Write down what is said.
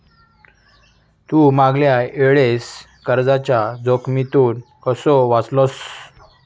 तू मागल्या वेळेस कर्जाच्या जोखमीतून कसो वाचलस